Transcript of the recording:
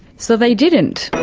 so they didn't.